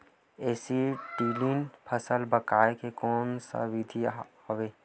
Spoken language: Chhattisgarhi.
एसीटिलीन फल पकाय के कोन सा विधि आवे?